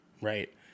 right